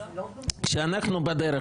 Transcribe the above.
כשהיינו בדרך,